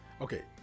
okay